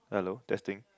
hello testing